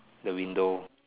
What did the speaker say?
the window